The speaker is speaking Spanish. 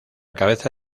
cabeza